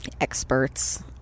experts